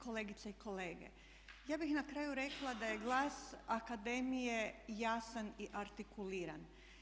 Kolegice i kolege, ja bih na kraju rekla da je glas akademije jasan i artikuliran.